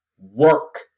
Work